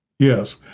Yes